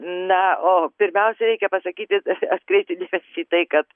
na o pirmiausia reikia pasakyti atkreipti dėmesį į tai kad